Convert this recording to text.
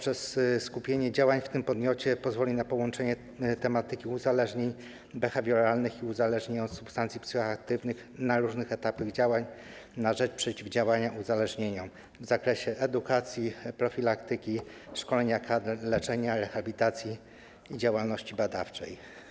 Skupienie działań w tym podmiocie pozwoli na połączenie tematyki uzależnień behawioralnych i uzależniających substancji psychoaktywnych na różnych etapach działań na rzecz przeciwdziałania uzależnieniom w zakresie edukacji, profilaktyki, szkolenia kadr, leczenia, rehabilitacji i działalności badawczej.